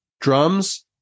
drums